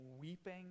weeping